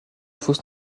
fausse